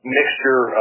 mixture